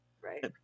Right